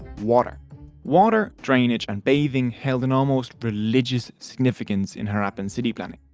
water water, drainage, and bathing held an almost religious significance in harappan city planning.